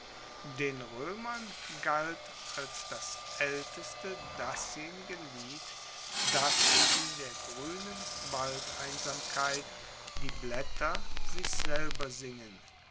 den roemern galt als das aelteste dasjenige lied das in der gruenen waldeseinsamkeit die blaetter sich selber singen